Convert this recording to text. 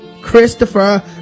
Christopher